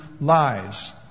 lies